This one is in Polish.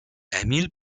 emil